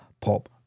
Pop